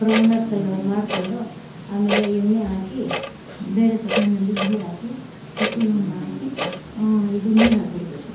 ಬ್ರೌನಾಗಿ ಚಲೋ ಮಾಡ್ಕೊಂಡು ಆಮೇಲೆ ಎಣ್ಣೆ ಹಾಕಿ ಬೇರೆ ತಪ್ಲದಲ್ಲಿ ಘೀ ಹಾಕಿ ಚಕ್ಕೆ ಲವಂಗ ಹಾಕಿ ಇದು ನೀರು ಹಾಕ್ಬಿಡ್ಬೇಕು